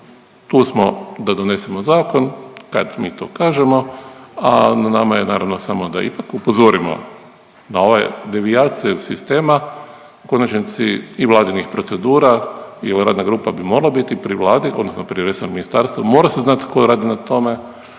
Tu smo da donesemo zakon kad mi to kažemo, a na nama je naravno samo da ipak upozorimo na ovaj devijacije sistema u konačnici i Vladinih procedura i ova radna grupa bi morala biti pri Vladi odnosno pri resornom ministarstvu. Mora se znati tko radi na tome,